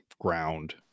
ground